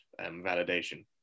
validation